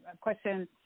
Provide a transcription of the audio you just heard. question